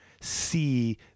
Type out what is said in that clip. see